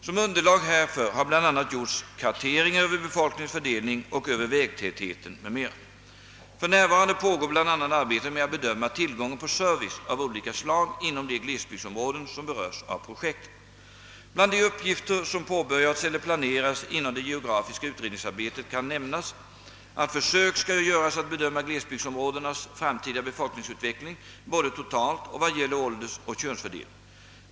Som underlag härför har bl.a. gjorts karteringar över befolkningens fördelning och över vägtätheten m.m. För närvarande pågår bl.a. arbetet med att bedöma tillgången på service av olika slag inom de glesbygdsområden som berörs av projektet. Bland de uppgifter som påbörjats eller planeras inom det geografiska utredningsarbetet kan nämnas, att försök skall göras att bedöma glesbygdsområdenas framtida befolkningsutveckling både totalt och vad gäller åldersoch könsfördelning.